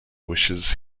wishes